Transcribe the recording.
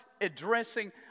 addressing